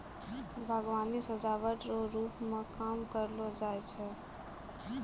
बागवानी सजाबट रो रुप मे काम करलो जाय छै